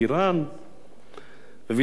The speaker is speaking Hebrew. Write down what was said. וילנאי אמר: לא, אני לא בורח לשום מקום.